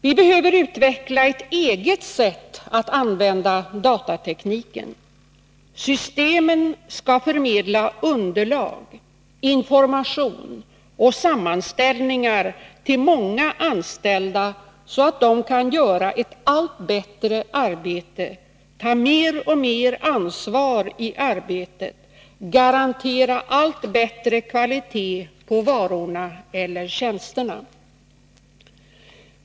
Vi behöver utveckla ett eget sätt att använda datatekniken. Systemen skall förmedla underlag, information och sammanställningar till många anställda så att de kan utföra ett allt bättre arbete, ta mer och mer ansvar i arbetet, garantera allt bättre kvalitet på varorna eller tjänsterna.